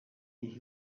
maybe